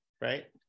right